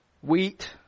Wheat